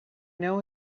know